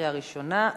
בקריאה ראשונה.